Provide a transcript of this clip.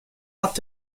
art